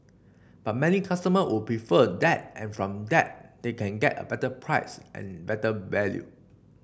but many customers would prefer that and from that they get a better price and better value